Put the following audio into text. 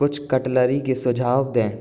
कुछ कटलरी के सुझाव दें